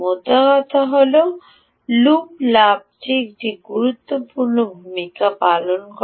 মোদ্দা কথাটি হল লুপ লাভটি একটি গুরুত্বপূর্ণ ভূমিকা পালন করে